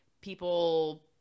people